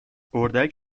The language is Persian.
اردک